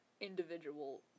individual